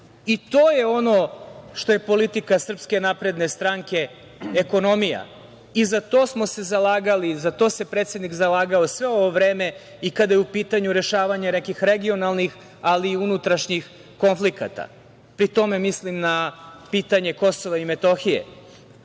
je ono što je politika SNS, ekonomija, i za to smo se zalagali i za to se predsednik zalagao sve ovo vreme i kada je u pitanju rešavanje nekih regionalnih, ali i unutrašnjih konflikata. Pri tome mislim na pitanje Kosova i Metohije.